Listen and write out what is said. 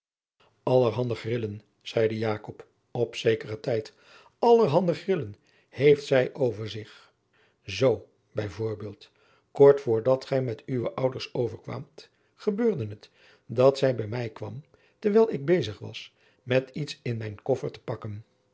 allerhande grillen zeide jakob op zekeren tijd allerhande grillen heeft zij over zich zoo bij voorbeeld kort voor dat gij met uwe ouders overkwaamt gebeurde het dat zij bij mij kwam terwijl ik bezig was met iets in mijn koffer te pakken